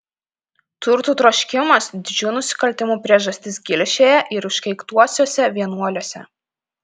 turtų troškimas didžių nusikaltimų priežastis gilšėje ir užkeiktuosiuose vienuoliuose